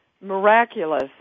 miraculous